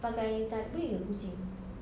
pakai tali boleh ke kucing